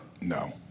No